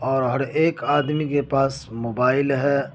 اور ہر ایک آدمی کے پاس موبائل ہے